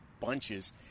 Bunches